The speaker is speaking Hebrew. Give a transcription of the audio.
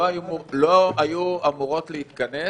לא היו אמורות להתכנס